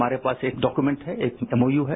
हमारे पास एक डाक्यूमेंट है एक एमओयू है